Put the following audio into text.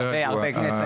תהיה רגוע.